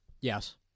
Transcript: Yes